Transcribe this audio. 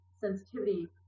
sensitivity